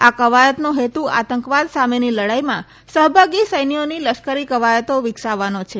આ કવાયતનો હેતુ આતંકવાદ સામેની લડાઇમાં સહભાગી સૈન્યોની લશ્કરી કવાયતો વિકસાવવાનો છે